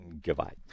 Goodbye